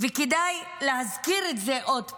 וכדאי להזכיר את זה עוד פעם,